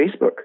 Facebook